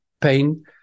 pain